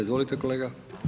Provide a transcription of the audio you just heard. Izvolite kolega.